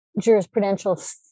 jurisprudential